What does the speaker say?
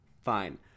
fine